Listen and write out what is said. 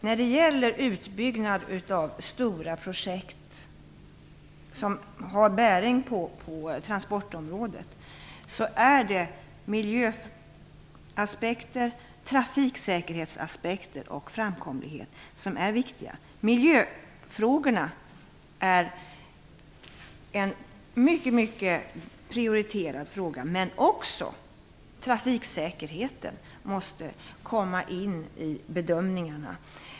När det gäller utbyggnad av stora projekt som har bäring på transportområdet är det miljöaspekter, trafiksäkerhetsaspekter och framkomligheten som är viktiga. Miljöfrågorna är ett mycket prioriterat område, men också trafiksäkerheten måste in i bedömningarna.